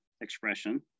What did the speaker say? expression